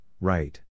right